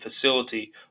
facility